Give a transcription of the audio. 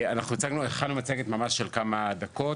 הכנו מצגת של כמה דקות.